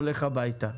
הולך הביתה.